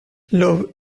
love